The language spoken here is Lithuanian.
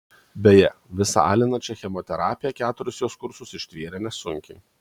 beje visą alinančią chemoterapiją keturis jos kursus ištvėrė nesunkiai